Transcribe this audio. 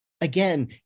again